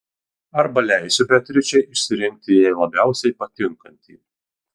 arba leisiu beatričei išsirinkti jai labiausiai patinkantį